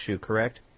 correct